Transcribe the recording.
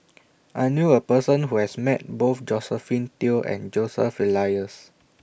I knew A Person Who has Met Both Josephine Teo and Joseph Elias